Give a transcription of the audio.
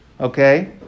okay